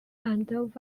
and